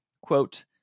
quote